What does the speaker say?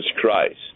Christ